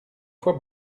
fois